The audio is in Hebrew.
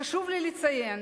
חשוב לי לציין